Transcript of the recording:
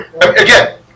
Again